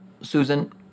Susan